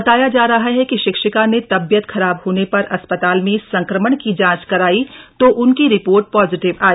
बताया जा रहा है कि शिक्षिका ने तबियत खराब होने पर अस्पताल में संक्रमण की जांच कराई तो उनकी रिपोर्ट पॉजिटिव आई